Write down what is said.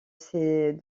ces